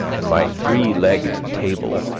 and my three-legged table,